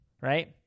right